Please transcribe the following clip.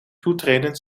toetreden